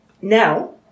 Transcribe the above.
Now